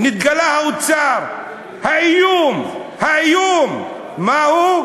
נתגלה האוצר: האיום, האיום, מהו?